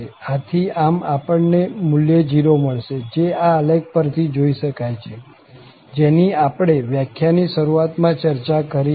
આથી આમ આપણને મુલ્ય 0 મળશે જે આ આલેખ પર થી જોઈ શકાય છે જેની આપણે વ્યાખ્યાનની શરૂઆત માં ચર્ચા કરી હતી